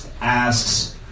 asks